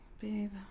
Babe